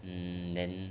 um then